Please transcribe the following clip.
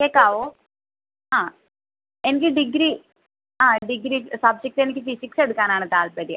കേൾക്കാമോ ആ എനിക്ക് ഡിഗ്രി ആ ഡിഗ്രി സബ്ജെക്ട് എനിക്ക് ഫിസിക്സ് എടുക്കാനാണ് താൽപ്പര്യം